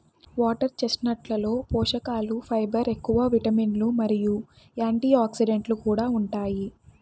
water చెస్ట్నట్లలో పోషకలు fibre ఎక్కువ, విటమిన్లు మరియు యాంటీఆక్సిడెంట్లు కూడా ఉంటాయి